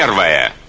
and lawyer